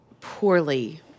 poorly